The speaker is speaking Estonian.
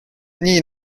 nii